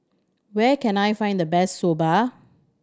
where can I find the best Soba